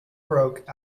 broke